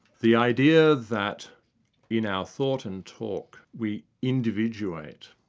the idea that in our thought and talk we individuate,